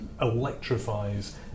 electrifies